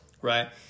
right